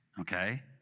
Okay